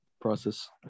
process